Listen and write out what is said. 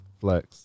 Flex